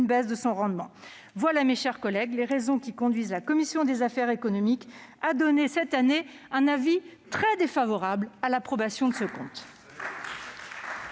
baisse de son rendement. Voilà, mes chers collègues, les raisons qui conduisent la commission des affaires économiques à donner un avis très défavorable à l'approbation de ce compte.